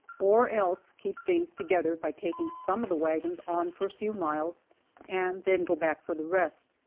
or else keep things together by taking some of the wagons on for a few miles and then go back for the rest.